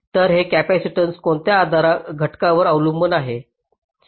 तर हे कॅपेसिटीन्स कोणत्या घटकावर अवलंबून आहे